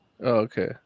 okay